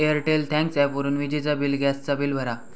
Airtel thanks ॲपवरून विजेचा bill, gas चा बिल भरा